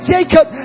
Jacob